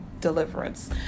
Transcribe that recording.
deliverance